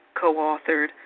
co-authored